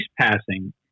passing